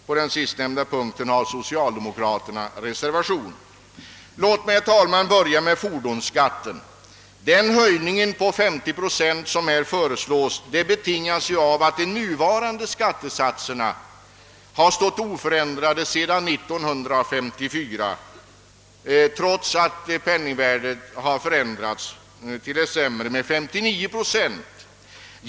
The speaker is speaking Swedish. På den sistnämnda punkten har socialdemokraterna en reservation. Låt mig, herr talman, börja med fordonsskatten. Den höjning på 50 procent som här föreslås betingas av att de nuvarande skattesatserna har stått oförändrade sedan 1954, trots att penningvärdet har förändrats till det sämre med 59 procent.